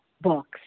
books